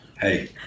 hey